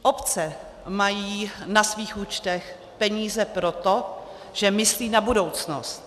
Obce mají na svých účtech peníze proto, že myslí na budoucnost.